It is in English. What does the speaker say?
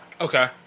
Okay